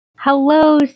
Hello